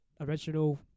original